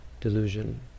delusion